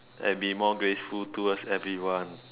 and be more graceful towards everyone